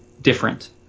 different